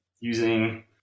using